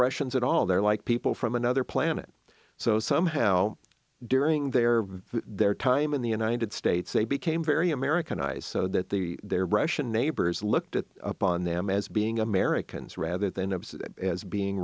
russians at all they're like people from another planet so somehow during their their time in the united states they became very americanized so that the their russian neighbors looked at upon them as being americans rather than as being